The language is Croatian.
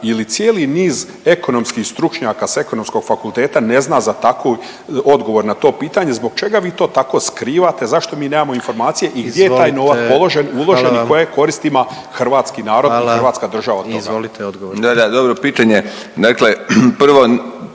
ili cijeli niz ekonomskih stručnjaka s ekonomskog fakulteta ne zna za takvu, odgovor na to pitanje, zbog čega vi to tako skrivate, zašto mi nemamo informacije…/Upadica predsjednik: Izvolite, hvala vam/… i gdje je taj